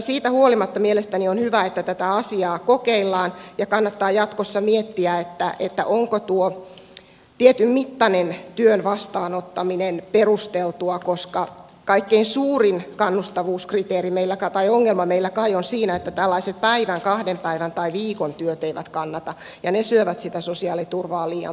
siitä huolimatta mielestäni on hyvä että tätä asiaa kokeillaan ja kannattaa jatkossa miettiä onko tuo tietyn mittaisen työn vastaanottaminen perusteltua koska kaikkein suurin kannustavuusongelma kai meillä on siinä että tällaiset päivän kahden päivän tai viikon työt eivät kannata ja ne syövät sitä sosiaaliturvaa liian paljon